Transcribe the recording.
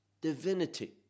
divinity